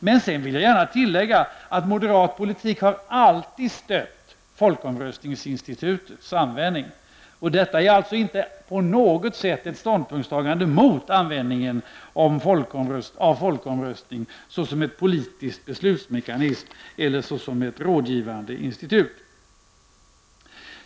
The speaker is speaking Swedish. Jag vill gärna tillägga att moderat politik alltid har stött folkomröstningsinstitutets användning. Det är alltså inte på något sätt ett ståndpunktstagande emot användningen av folkomröstning såsom en politisk beslutsmekanism eller såsom ett rådgivande institut.